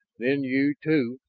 then you, too,